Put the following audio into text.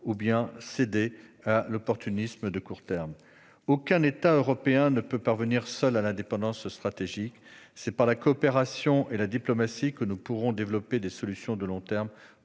ou bien céder à l'opportunisme de court terme. Aucun État européen ne peut parvenir seul à l'indépendance stratégique. C'est par la coopération et la diplomatie que nous pourrons développer des solutions de long terme